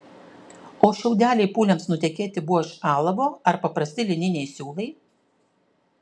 o šiaudeliai pūliams nutekėti buvo iš alavo ar paprasti lininiai siūlai